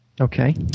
Okay